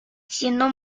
siendo